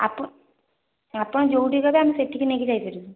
ଆପଣ ଆପଣ ଯେଉଁଠି କହିବେ ଆମେ ସେଇଠି କି ନେଇକି ଯାଇ ପାରିବୁ